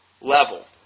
level